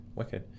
okay